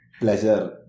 pleasure